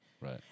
Right